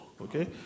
Okay